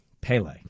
Pele